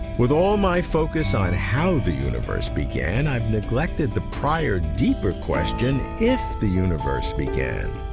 with all my focus on how the universe began, i've neglected the prior deeper question if the universe began.